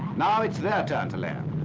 now it's their turn to land.